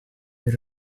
you